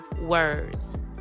words